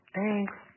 Thanks